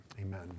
amen